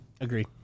Agree